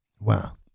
Wow